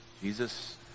Jesus